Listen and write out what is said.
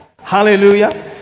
Hallelujah